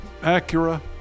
Acura